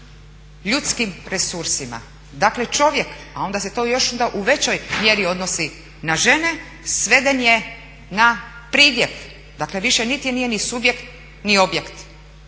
ljudskim resursima. Dakle čovjek, a onda se to još u većoj mjeri odnosi na žene, sveden je na pridjev, dakle više niti nije subjekt ni objekt.